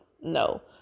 no